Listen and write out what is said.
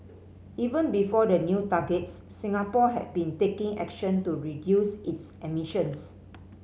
even before the new targets Singapore had been taking action to reduce its emissions